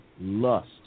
lust